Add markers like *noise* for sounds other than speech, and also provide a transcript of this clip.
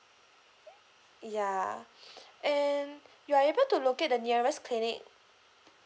ya *breath* and you're able to locate the nearest clinic